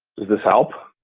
does this help?